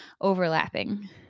overlapping